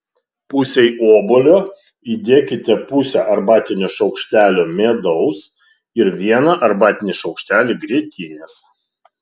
pusei obuolio įdėkite pusę arbatinio šaukštelio medaus ir vieną arbatinį šaukštelį grietinės